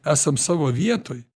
esam savo vietoj